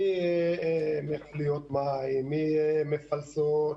ממכליות מים, מפלסות,